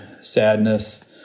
sadness